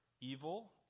evil